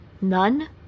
None